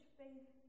faith